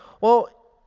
well,